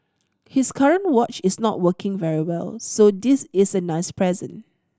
his current watch is not working very well so this is a nice present